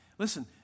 Listen